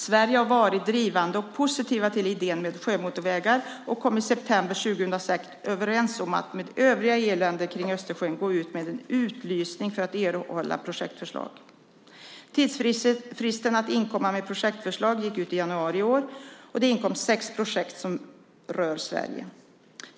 Sverige har varit drivande och positivt till idén med sjömotorvägar och kom i september 2006 överens om att med övriga EU-länder kring Östersjön gå ut med en utlysning för att erhålla projektförslag. Tidsfristen att inkomma med projektförslag gick ut i januari i år, och det inkom sex projekt som rör Sverige.